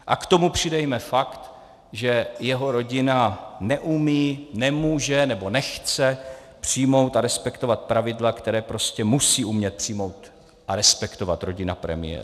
A k tomu přidejme fakt, že jeho rodina neumí, nemůže nebo nechce přijmout a respektovat pravidla, která prostě musí umět přijmout a respektovat rodina premiéra.